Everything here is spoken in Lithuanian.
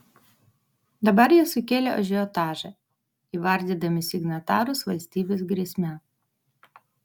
dabar jie sukėlė ažiotažą įvardydami signatarus valstybės grėsme